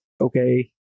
okay